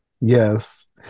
Yes